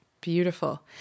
Beautiful